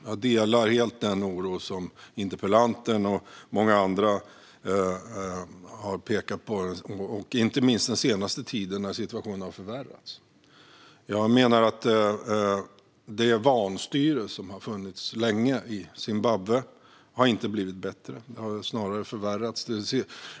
Jag delar helt den oro som interpellanten och många andra har uttryckt - inte minst den senaste tiden, när situationen har förvärrats. Jag menar att det vanstyre som länge har funnits i Zimbabwe inte har blivit bättre utan snarare förvärrats.